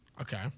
Okay